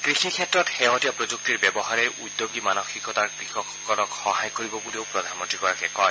কৃষিক্ষেত্ৰত শেহতীয়া প্ৰযুক্তিৰ ব্যৱহাৰে উদ্যোগী মানসিকতাৰ কৃষকসকলক সহায় কৰিব বুলিও প্ৰধানমন্ত্ৰীগৰাকীয়ে কয়